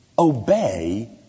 Obey